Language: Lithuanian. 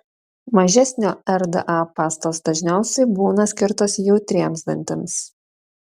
mažesnio rda pastos dažniausiai būna skirtos jautriems dantims